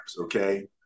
okay